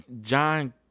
John